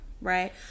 right